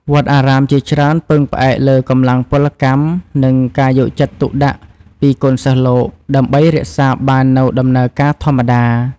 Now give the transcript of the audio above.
វត្តអារាមជាច្រើនពឹងផ្អែកលើកម្លាំងពលកម្ម និងការយកចិត្តទុកដាក់ពីកូនសិស្សលោក ដើម្បីរក្សាបាននូវដំណើរការធម្មតា។